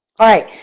alright,